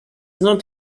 not